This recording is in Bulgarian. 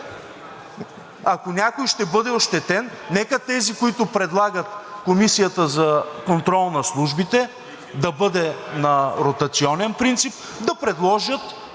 ако някой ще бъде ощетен, нека тези, които предлагат Комисията за контрол над службите да бъде на ротационен принцип, да предложат